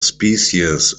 species